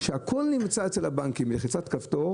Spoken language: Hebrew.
כשהכול נמצא אצל הבנקים בלחיצת כפתור